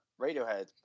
Radiohead